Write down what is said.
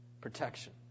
protection